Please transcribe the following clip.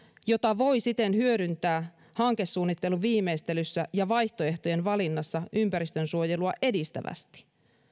jota voi siten hyödyntää hankesuunnittelun viimeistelyssä ja vaihtoehtojen valinnassa ympäristösuojelua edistävästi